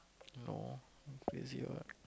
no crazy what